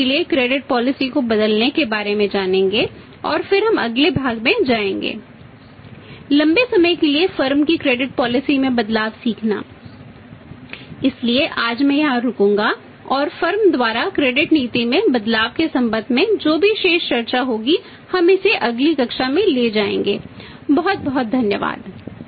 इसलिए उन्हें की क्रेडिट नीति में बदलाव के संबंध में जो भी शेष चर्चा होगी हम इसे अगली कक्षा में ले जाएंगे बहुत बहुत धन्यवाद